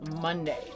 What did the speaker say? Monday